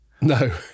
No